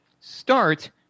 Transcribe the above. start